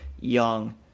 young